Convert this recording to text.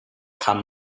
kann